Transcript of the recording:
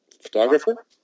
Photographer